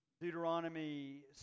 Deuteronomy